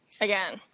again